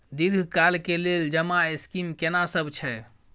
दीर्घ काल के लेल जमा स्कीम केना सब छै?